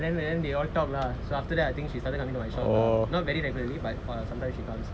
and then then they all talk lah so after that I think she started coming to my shop lah not very regularly like sometimes you comes